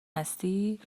هستی